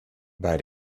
bei